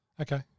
Okay